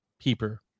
Peeper